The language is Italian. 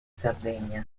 sardegna